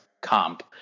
comp